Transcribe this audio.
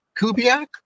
Kubiak